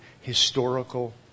historical